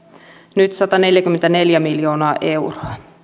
nyt sataneljäkymmentäneljä miljoonaa euroa